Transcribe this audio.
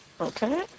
Okay